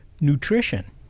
nutrition